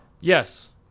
Yes